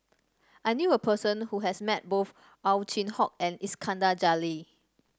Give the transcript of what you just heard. I knew a person who has met both Ow Chin Hock and Iskandar Jalil